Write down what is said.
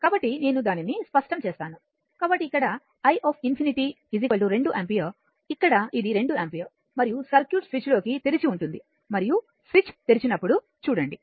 కాబట్టి నేను దానిని స్పష్టం చేస్తాను కాబట్టి ఇక్కడ i ∞ 2 యాంపియర్ ఇక్కడ ఇది రెండు యాంపియర్ మరియు సర్క్యూట్ స్విచ్లోకి తెరిచి ఉంటుంది మరియు స్విచ్ తెరిచినప్పుడు చూడండి